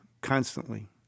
constantly